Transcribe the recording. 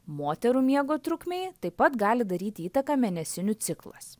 moterų miego trukmei taip pat gali daryti įtaką mėnesinių ciklas